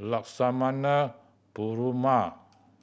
Lakshmana Perumal